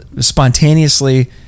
spontaneously